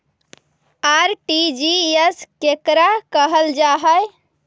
RTGS केकरा कहल जा है?